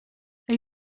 are